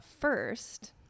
first